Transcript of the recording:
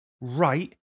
Right